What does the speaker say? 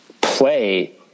play